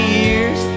years